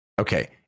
Okay